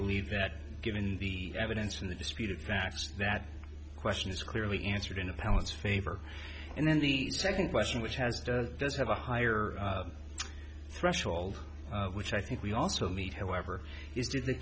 believe that given the evidence in the disputed facts that question is clearly answered in a palace favor and then the second question which has does does have a higher threshold which i think we also need however is do the